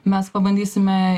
mes pabandysime